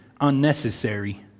unnecessary